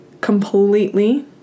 completely